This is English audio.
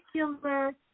particular